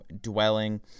dwelling